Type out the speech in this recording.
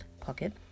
Pocket